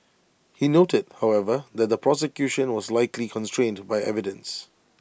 he noted however that the prosecution was likely constrained by evidence